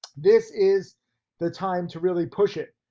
this is the time to really push it.